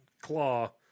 Claw